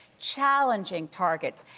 challenging targets.